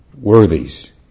Worthies